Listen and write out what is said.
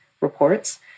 reports